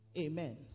Amen